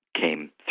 came